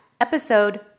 episode